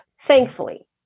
Thankfully